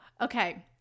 Okay